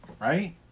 Right